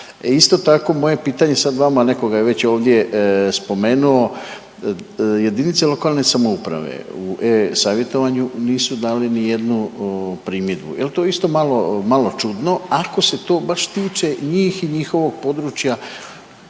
Isto tako moje pitanje sad vama netko ga je već spomenuo. Jedinice lokalne samouprave u e-savjetovanju nisu dale ni jednu primjedbu. Jel' to isto malo čudno, ako se to baš tiče njih i njihovog područja.